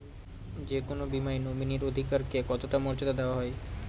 যে কোনো বীমায় নমিনীর অধিকার কে কতটা মর্যাদা দেওয়া হয়?